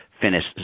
finish